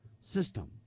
system